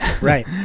right